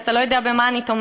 אז אתה לא יודע במה אני תומכת,